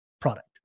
product